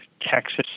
Texas